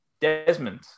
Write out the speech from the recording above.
Desmond